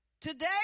Today